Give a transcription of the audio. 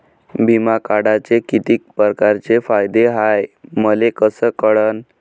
बिमा काढाचे कितीक परकारचे फायदे हाय मले कस कळन?